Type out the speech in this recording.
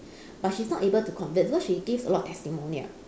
but she's not able to convince because she give a lot of testimonial